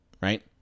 Right